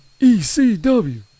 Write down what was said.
ecw